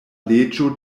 leĝo